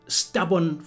stubborn